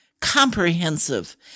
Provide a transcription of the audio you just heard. comprehensive